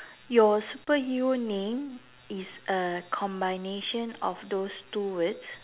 your superhero name is a combination of those two words